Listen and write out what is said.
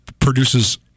produces